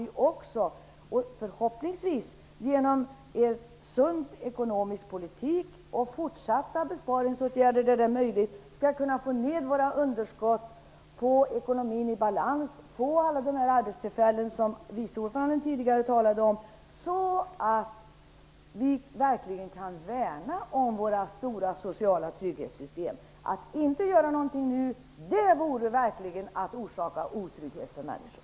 Vi skall förhoppningsvis genom en sund ekonomisk politik och med fortsatta besparingsåtgärder där det är möjligt kunna få ned våra underskott, få ekonomin i balans och få fram alla de arbetstillfällen som viceordföranden talade om tidigare så att vi verkligen kan värna om våra stora sociala trygghetssystem. Att inte göra något nu vore verkligen att orsaka otrygghet för männniskor.